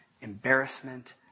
embarrassment